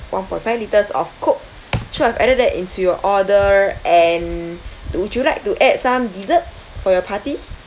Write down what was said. one point five litres of coke sure I've added that into your order and would you like to add some desserts for your party